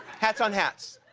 hats on hats.